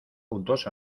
juntos